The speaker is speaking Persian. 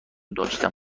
داشتم